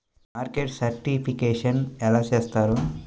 Market certification ఎలా చేస్తారు?